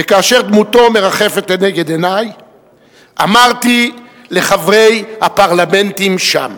וכאשר דמותו מרחפת לנגד עיני אמרתי לחברי הפרלמנטים שם: